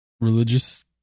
religious